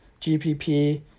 GPP